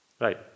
right